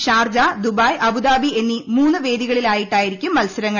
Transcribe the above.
Sharjah Dubai Abu Dhabi എന്നീ മൂന്നു വേദികളിലായിട്ടായിരിക്കും മത്സരങ്ങൾ